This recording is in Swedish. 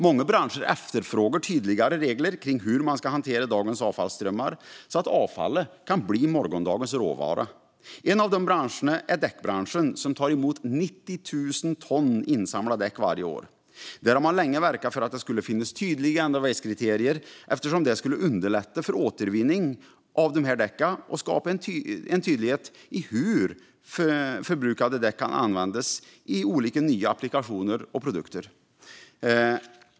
Många branscher efterfrågar tydligare regler kring hur man ska hantera dagens avfallsströmmar så att avfallet kan bli morgondagens råvara. En av de branscherna är däckbranschen, som tar emot 90 000 ton insamlade däck varje år. Där har man länge verkat för att det ska finnas tydliga end of waste-kriterier, eftersom det skulle underlätta för återvinning av dessa däck och skapa en tydlighet i hur förbrukade däck kan användas i olika nya applikationer och produkter.